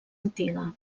antiga